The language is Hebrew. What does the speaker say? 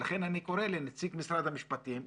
ולכן אני קורא לנציג משרד המשפטים,